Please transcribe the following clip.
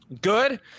Good